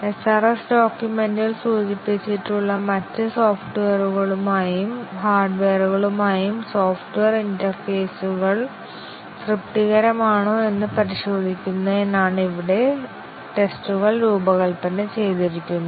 SRS ഡോക്യുമെന്റിൽ സൂചിപ്പിച്ചിട്ടുള്ള മറ്റ് സോഫ്റ്റ്വെയറുകളുമായും ഹാർഡ്വെയറുകളുമായും സോഫ്റ്റ്വെയർ ഇന്റർഫേസുകൾ തൃപ്തികരമാണോ എന്ന് പരിശോധിക്കുന്നതിനാണ് ഇവിടെ ടെസ്റ്റുകൾ രൂപകൽപ്പന ചെയ്തിരിക്കുന്നത്